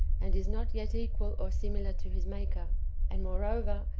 and is not yet equal or similar to his maker and, moreover,